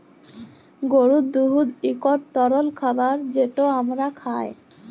গরুর দুহুদ ইকট তরল খাবার যেট আমরা খাই